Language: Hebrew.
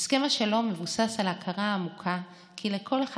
הסכם השלום מבוסס על הכרה עמוקה כי לכל אחד